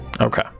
Okay